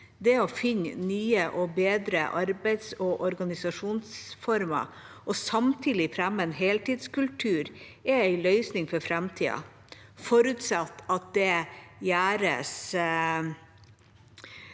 Det å finne nye og bedre arbeids- og organisasjonsformer og samtidig fremme en heltidskultur, er en løsning for framtida, forutsatt at det gjøres